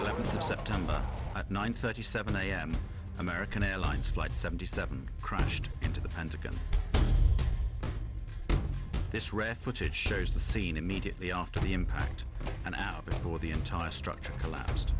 eleventh of september at nine thirty seven a m american airlines flight seventy seven crashed into the pentagon this red footage shows the scene immediately after the impact and before the entire structure collapsed